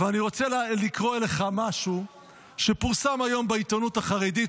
אבל אני רוצה לקרוא לך משהו שפורסם היום בעיתונות החרדית,